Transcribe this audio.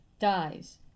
dies